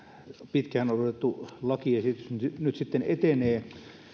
pitkään odotettu lakiesitys nyt sitten etenee